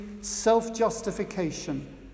self-justification